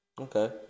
Okay